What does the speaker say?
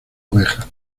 ovejas